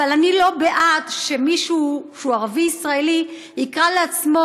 אבל אני לא בעד שמישהו שהוא ערבי-ישראלי יקרא לעצמו: